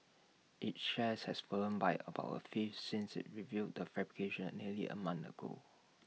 its shares has fallen by about A fifth since IT revealed the fabrication nearly A month ago